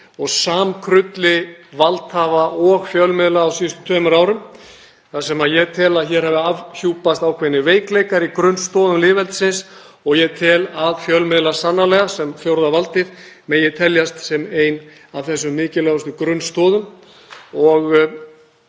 og samkrulli valdhafa og fjölmiðla á síðustu tveimur árum þar sem ég tel að hér hafi afhjúpast ákveðnir veikleikar í grunnstoðum lýðveldisins. Ég tel að fjölmiðlar sannarlega sem fjórða valdið megi teljast sem ein af þessum mikilvægustu grunnstoðum. Ég